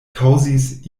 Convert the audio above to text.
kaŭzis